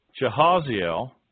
Jehaziel